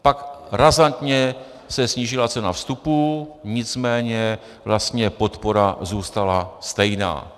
Pak se razantně snížila cena vstupů, nicméně vlastně podpora zůstala stejná.